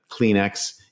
Kleenex